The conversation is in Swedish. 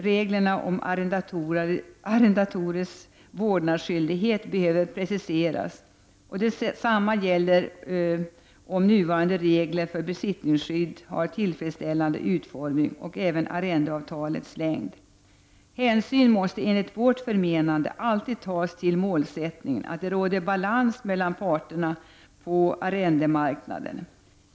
Reglerna om arrendatorers vårdnadsskyldighet behöver t.ex. preciseras och detsamma gäller huruvida nuvarande regler för besittningsskydd har tillfredsställande utformning, och det gäller även arrendeavtalets längd. Hänsyn måste enligt vårt förmenande alltid tas till målsättningen att det skall råda balans mellan parterna på arrendemarknaden.